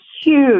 huge